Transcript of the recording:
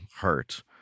hurt